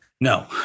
No